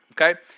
okay